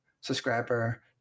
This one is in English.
subscriber